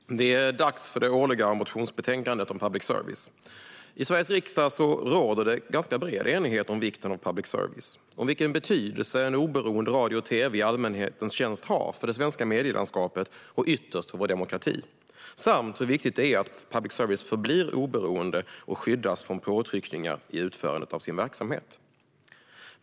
Herr talman! Det är dags för det årliga motionsbetänkandet om public service. I Sveriges riksdag råder det en ganska bred enighet om vikten av public service och om vilken betydelse en oberoende radio och tv i allmänhetens tjänst har för det svenska medielandskapet och ytterst för vår demokrati samt om hur viktigt det är att public service förblir oberoende och skyddas från påtryckningar i utförandet av sin verksamhet.